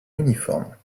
uniforme